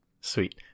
Sweet